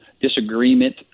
disagreement